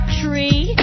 tree